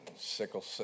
sickle